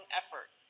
effort